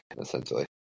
essentially